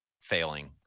failing